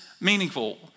meaningful